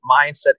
mindset